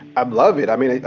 i love it. i mean,